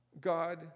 God